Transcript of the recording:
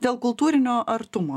dėl kultūrinio artumo